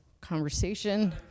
conversation